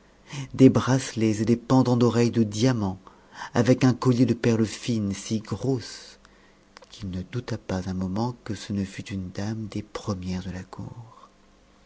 des bracelets et des pendants d'oreilies de diamants avec un collier de perles fines si grosses qu'il ne douta pas un moment que ce ne fût une dame des premières de la cour